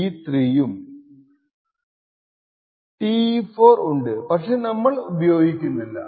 Te4 ഉണ്ട് പക്ഷെ നമ്മൾ ഉപയോഗിക്കുന്നില്ല